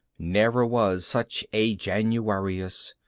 never was such a januarius,